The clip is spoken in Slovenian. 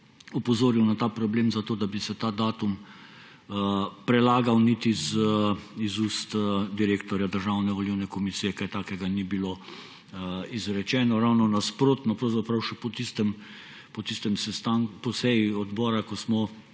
opozoril na ta problem zato, da bi se ta datum predlagal, niti iz ust direktorja Državne volilne komisije kaj takega ni bilo izrečeno. Ravno nasprotno; pravzaprav še po tistem sestanku, po seji odbora, ko smo